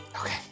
Okay